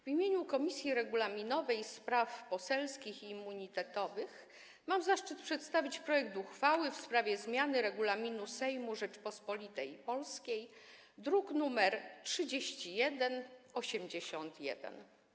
W imieniu Komisji Regulaminowej, Spraw Poselskich i Immunitetowych mam zaszczyt przedstawić projekt uchwały w sprawie zmiany Regulaminu Sejmu Rzeczypospolitej Polskiej, druk nr 3181.